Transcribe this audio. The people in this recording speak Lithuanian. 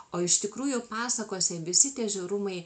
o iš tikrųjų pasakose visi tie žiaurumai